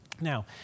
Now